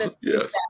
Yes